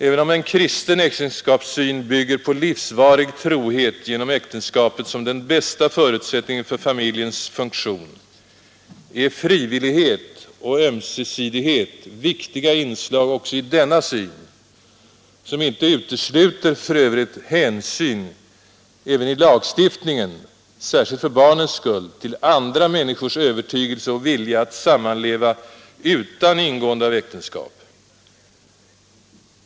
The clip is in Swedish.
Även om en kristen äktenskapssyn bygger på livsvarig trohet genom äktenskapet som den bästa förutsättningen för familjens funktion, är frivillighet och ömsesidighet viktiga inslag också i denna syn, som för övrigt inte utesluter hänsyn även i lagstiftningen — särskilt för barnens skull — till andra människors övertygelse och vilja att sammanleva utan ingående av äktenskap.